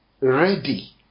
ready